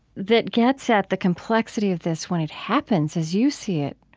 that gets at the complexity of this when it happens as you see it,